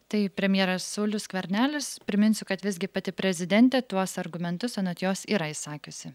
tai premjeras saulius skvernelis priminsiu kad visgi pati prezidentė tuos argumentus anot jos yra išsakiusi